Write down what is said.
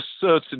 certain